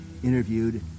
interviewed